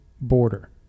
border